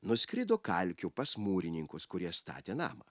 nuskrido kalkių pas mūrininkus kurie statė namą